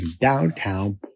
downtown